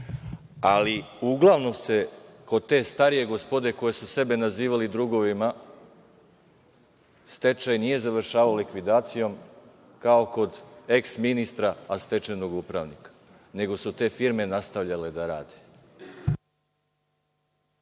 ali uglavnom se kod te starije gospode, koja su sebe nazivala drugovima, stečaj nije završavao likvidacijom kao kod eks ministra, a stečenog upravnika, nego su te firme nastavljale da rade.